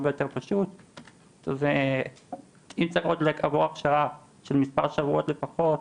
הרבה יותר פשוט ואם צריך עוד לעבור הכשרה של מספר שבועות לפחות,